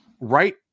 right